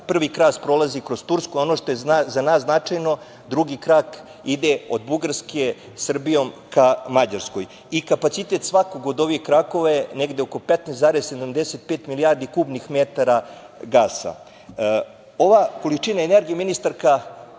Prvi krak prolazi kroz Tursku, a ono što je za nas značajno drugi krak ide o Bugarske Srbijom ka Mađarskoj. Kapacitet svakog od ovog kraka je negde oko 15,75 milijardi kubnih metara gasa. Ono što je za nas značajno